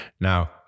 Now